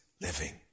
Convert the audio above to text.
living